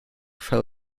fell